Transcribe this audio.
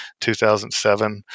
2007